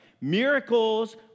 miracles